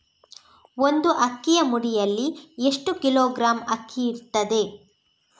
ಒಂದು ಅಕ್ಕಿಯ ಮುಡಿಯಲ್ಲಿ ಎಷ್ಟು ಕಿಲೋಗ್ರಾಂ ಅಕ್ಕಿ ಇರ್ತದೆ?